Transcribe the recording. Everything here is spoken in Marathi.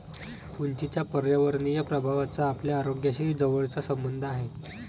उंचीच्या पर्यावरणीय प्रभावाचा आपल्या आरोग्याशी जवळचा संबंध आहे